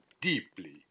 deeply